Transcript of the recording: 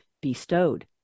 bestowed